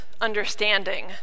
understanding